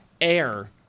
air